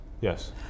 yes